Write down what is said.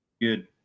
Good